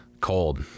cold